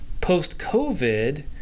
Post-COVID